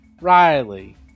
Riley